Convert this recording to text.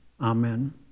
Amen